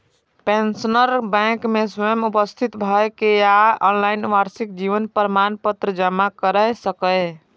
pensioner bank मे स्वयं उपस्थित भए के या ऑनलाइन वार्षिक जीवन प्रमाण पत्र जमा कैर सकैए